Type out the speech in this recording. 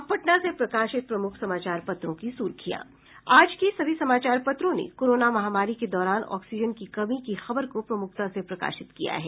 अब पटना से प्रकाशित प्रमुख समाचार पत्रों की सुर्खियां आज के सभी समाचार पत्रों ने कोरोना महामारी के दौरान ऑक्सीजन की कमी की खबर को प्रमुखता से प्रकाशित किया है